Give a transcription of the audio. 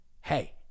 Hey